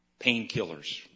Painkillers